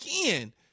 again